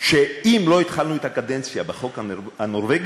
שאם לא התחלנו את הקדנציה עם החוק הנורבגי,